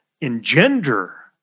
engender